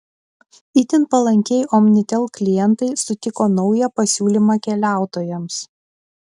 itin palankiai omnitel klientai sutiko naują pasiūlymą keliautojams